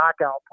knockout